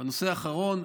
הנושא האחרון,